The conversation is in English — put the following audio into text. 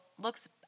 looks